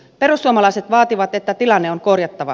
perussuomalaiset vaativat että tilanne on korjattava